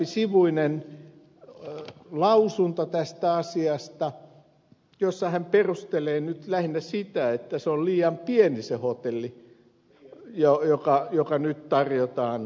hänellä on useampisivuinen lausunto tästä asiasta jossa hän perustelee nyt lähinnä sitä että se on liian pieni se hotelli joka nyt tarjotaan hallituksen esityksessä